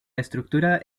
estructura